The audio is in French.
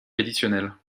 additionnelles